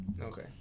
Okay